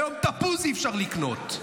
היום תפוז אי-אפשר לקנות.